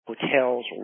hotels